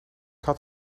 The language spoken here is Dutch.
had